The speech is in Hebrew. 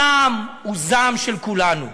הזעם הוא זעם של כולנו.